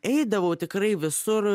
eidavau tikrai visur